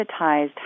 privatized